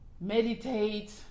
meditate